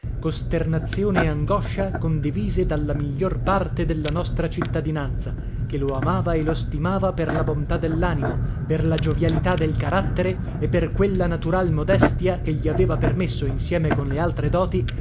e angoscia condivise dalla miglior parte della nostra cittadinanza che lo amava e lo stimava per la bontà dellanimo per la giovialità del carattere e per quella natural modestia che gli aveva permesso insieme con le altre doti